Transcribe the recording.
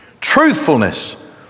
truthfulness